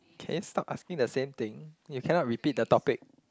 can you stop asking the same thing you cannot repeat the topic